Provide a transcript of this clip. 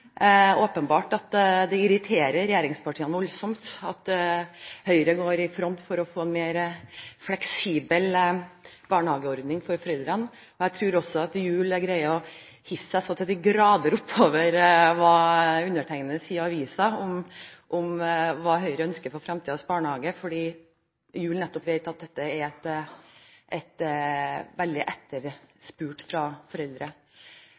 åpenbart at det irriterer regjeringspartiene voldsomt at Høyre går i front for å få mer fleksibel barnehageordning for foreldrene. Jeg tror også Gjul greier å hisse seg så til de grader opp over hva undertegnede sier i avisen om hva Høyre ønsker for fremtidens barnehage, fordi Gjul nettopp vet at dette er veldig etterspurt fra foreldre.